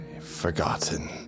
Forgotten